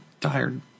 tired